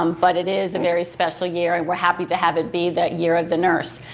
um but it is a very special year and we're happy to have it be that year of the nurse,